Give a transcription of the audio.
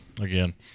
again